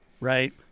right